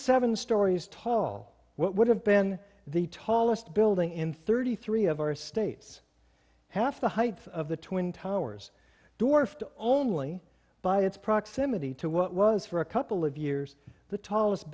seven stories tall what would have been the tallest building in thirty three of our states half the heights of the twin towers dorf the only by its proximity to what was for a couple of years the tallest